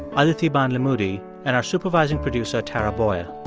ah adhiti bandlamudi and our supervising producer tara boyle.